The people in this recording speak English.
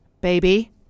baby